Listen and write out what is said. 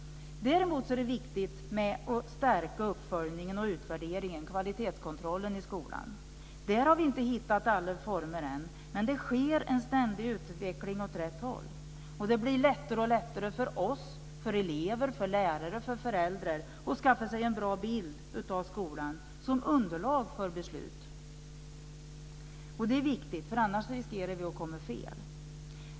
Det är däremot viktigt att stärka uppföljningen, utvärderingen och kvalitetskontrollen i skolan. Där har vi inte hittat alla former än. Men det sker en ständig utveckling åt rätt håll. Det blir allt lättare för oss, elever, lärare och föräldrar att skaffa sig en bra bild av skolan som underlag för beslut. Det är viktigt. Annars riskerar vi att komma fel.